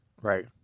Right